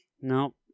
Nope